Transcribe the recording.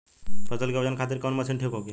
फसल के वजन खातिर कवन मशीन ठीक होखि?